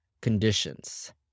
conditions